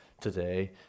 today